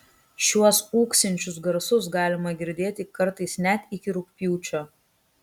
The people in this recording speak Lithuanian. šiuos ūksinčius garsus galima girdėti kartais net iki rugpjūčio